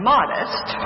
Modest